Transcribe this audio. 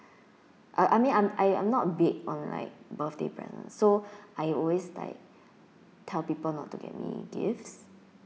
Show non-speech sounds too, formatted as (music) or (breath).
(breath) uh I mean I'm I'm not big on like birthday present so (breath) I always like tell people not to get me gifts